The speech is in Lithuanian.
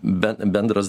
bet bendras